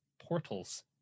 portals